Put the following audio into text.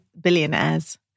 billionaires